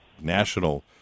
national